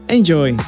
Enjoy